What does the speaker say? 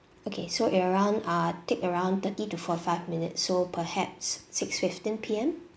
okay so around uh take around thirty to forty five minutes so perhaps six fifteen P_M